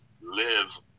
live